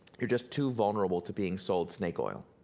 you're just too vulnerable to being sold snake oil.